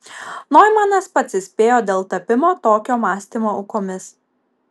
noimanas pats įspėjo dėl tapimo tokio mąstymo aukomis